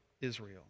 Israel